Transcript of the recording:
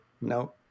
No